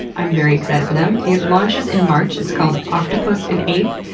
i'm very excited for them. it launches in march, it's called octopus and ape.